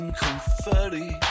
confetti